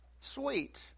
sweet